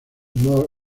more